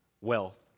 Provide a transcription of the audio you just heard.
wealth